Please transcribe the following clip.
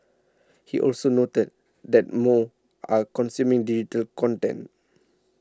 he also noted that more are consuming digital content